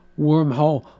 wormhole